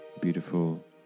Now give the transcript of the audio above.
beautiful